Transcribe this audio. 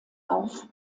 auf